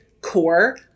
core